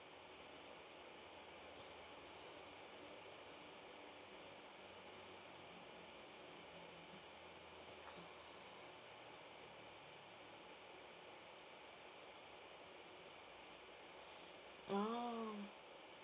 orh